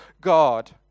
God